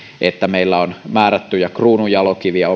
että meillä on omassa korkeakoulukentässämme määrättyjä kruununjalokiviä